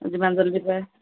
যিমান জল্দি পাৰে